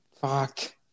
Fuck